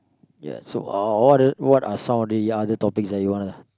ya so uh what other what are some of the other topic that you wanna